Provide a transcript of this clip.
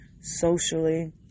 socially